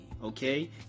Okay